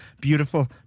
beautiful